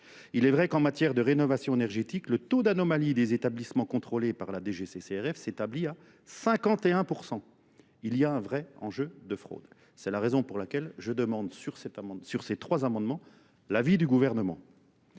Il est vrai qu'en matière de rénovation énergétique, le taux d'anomalie des établissements contrôlés par la DGCCRF s'établit à 51%. Il y a un vrai enjeu de fraude. C'est la raison pour laquelle je demande sur ces trois amendements la vie du gouvernement.